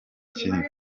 kindi